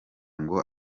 ngo